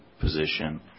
position